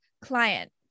client